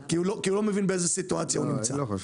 למה --- כי הוא לא מבין באיזו סיטואציה הוא נמצא.